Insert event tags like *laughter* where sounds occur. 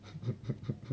*laughs*